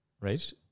right